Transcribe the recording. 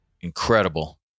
incredible